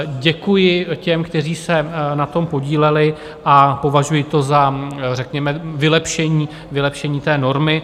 Děkuji těm, kteří se na tom podíleli, a považuji to za řekněme vylepšení té normy.